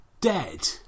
dead